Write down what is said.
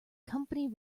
company